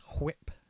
whip